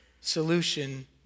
solution